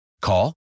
Call